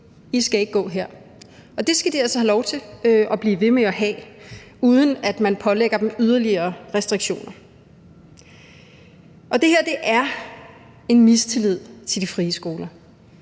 I skal ikke gå her. Og det skal de altså have lov til at blive ved med at have, uden at man pålægger dem yderligere restriktioner. Det her er udtryk for mistillid til de frie skoler.